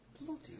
Bloody